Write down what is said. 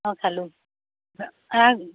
অঁ খালোঁ এই